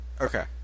Okay